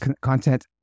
content